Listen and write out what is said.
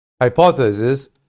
hypotheses